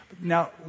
Now